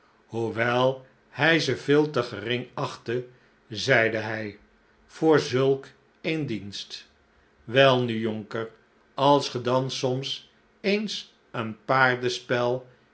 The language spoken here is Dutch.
hoewel hij ze veel te gering achtte zeide hij voor zulk een dienst welnu jonker als ge dan soms eens een paardenspel